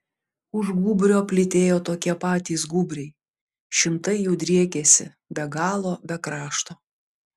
už gūbrio plytėjo tokie patys gūbriai šimtai jų driekėsi be galo be krašto